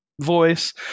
voice